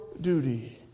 duty